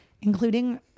including